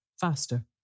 Faster